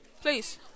Please